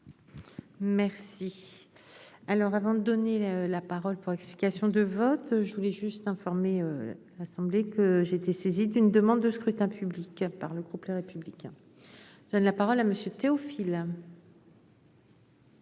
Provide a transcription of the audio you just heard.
Merci. Alors avant de donner la parole pour explication de vote, je voulais juste informé l'assemblée que j'ai été saisi d'une demande de scrutin public par le groupe Les Républicains je donne la parole à Monsieur Théophile.